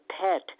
pet